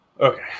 Okay